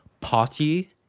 party